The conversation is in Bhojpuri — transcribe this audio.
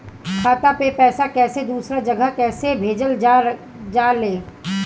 खाता से पैसा कैसे दूसरा जगह कैसे भेजल जा ले?